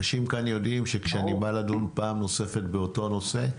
אנשים כאן יודעים שכשאני בא לדון פעם נוספת באותו נושא,